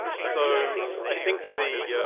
and so, i think the